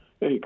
Hey